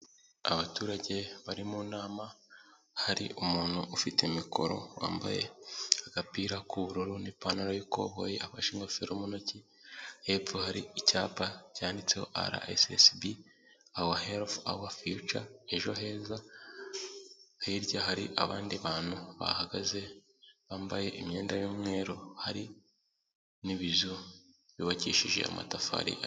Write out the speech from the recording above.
Abaturage bari mu nama hari umuntu ufite mikoro wambaye agapira k'ubururu n'ipantaro y'ikoboyi afashe ingofero mu ntoki, hepfo hari icyapa cyanditseho araesiesibi awa helifu awa fiyuca ejo heza. Hirya hari abandi bantu bahagaze, bambaye imyenda y'umweru hari n'ibizu yubakishije amatafari a.